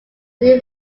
new